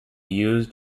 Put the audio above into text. used